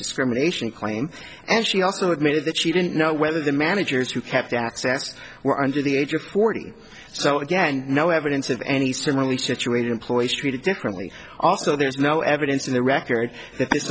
discrimination claim and she also admitted that she didn't know whether the managers who kept access were under the age of forty so again no evidence of any similarly situated employees treated differently also there is no evidence in the record that th